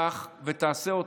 קח ותעשה אותם,